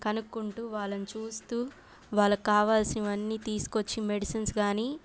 కనుక్కుంటూ వాళ్ళని చూస్తూ వాళ్ళకు కావాల్సినవన్నీ తీసుకొచ్చి మెడిసిన్స్ కానీ